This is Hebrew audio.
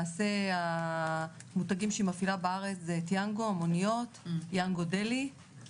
גם נהגים במוניות --- יש כללים שאתם מחילים על הנהגים שלכם?